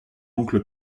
oncle